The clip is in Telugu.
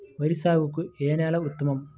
వరి సాగుకు ఏ నేల ఉత్తమం?